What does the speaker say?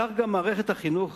כך גם מערכת החינוך